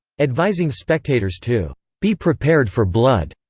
advising spectators to be prepared for blood.